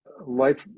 life